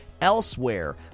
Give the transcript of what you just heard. elsewhere